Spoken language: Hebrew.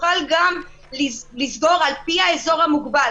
תוכל גם לסגור על פי האזור המוגבל,